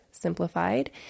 Simplified